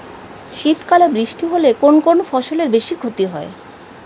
শীত কালে বৃষ্টি হলে কোন কোন ফসলের বেশি ক্ষতি হয়?